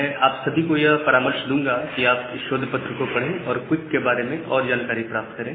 मैं आप सभी को यह परामर्श दूंगा कि आप इस शोध पत्र को पढ़ें और क्विक के बारे में और जानकारी प्राप्त करें